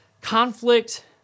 conflict